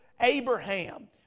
Abraham